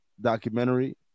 documentary